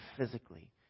physically